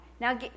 Now